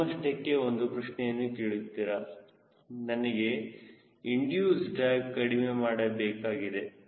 ನಂತರ ನೀವು ನಿಮ್ಮಷ್ಟಕ್ಕೆ ಒಂದು ಪ್ರಶ್ನೆಯನ್ನು ಕೇಳುತ್ತೀರಾ ನನಗೆ ಇಂಡಿಯೂಸ್ ಡ್ರ್ಯಾಗ್ಕಡಿಮೆ ಮಾಡಬೇಕಾಗಿದೆ